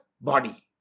body